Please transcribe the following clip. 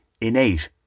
innate